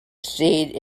steed